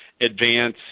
advance